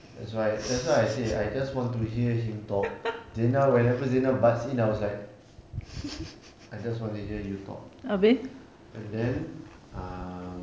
that's why that's why I say I just want to hear him talk zina whenever zina butts in I was like I just wanna hear you talk and then err